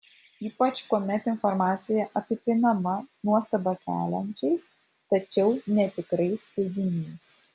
ypač kuomet informacija apipinama nuostabą keliančiais tačiau netikrais teiginiais